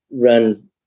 run